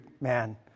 man